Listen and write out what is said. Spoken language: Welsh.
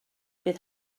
bydd